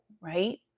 right